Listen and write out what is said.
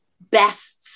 bests